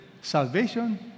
Salvation